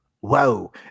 whoa